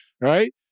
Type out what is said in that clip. right